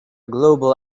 global